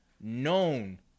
known